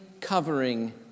covering